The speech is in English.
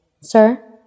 Sir